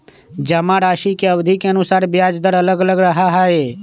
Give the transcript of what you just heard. जमाराशि के अवधि के अनुसार ब्याज दर अलग अलग रहा हई